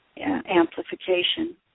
amplification